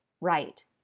right